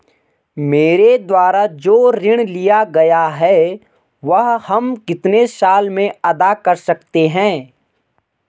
मेरे द्वारा जो ऋण लिया गया है वह हम कितने साल में अदा कर सकते हैं?